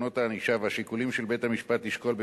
עקרונות הענישה והשיקולים שעל בית-המשפט לשקול,